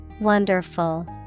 Wonderful